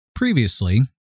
Previously